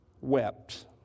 wept